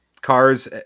cars